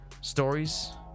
stories